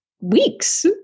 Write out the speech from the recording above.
weeks